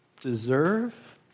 Deserve